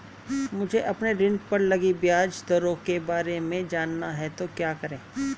मुझे अपने ऋण पर लगी ब्याज दरों के बारे में जानना है तो क्या करें?